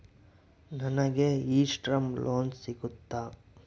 ನನಗೆ E Shram loan ಬರುತ್ತಾ?